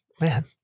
Man